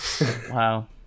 Wow